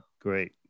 Great